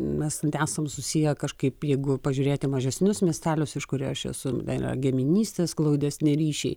mes esam susiję kažkaip jeigu pažiūrėti į mažesnius miestelius iš kurio aš esu tai yra giminystės glaudesnį ryšiai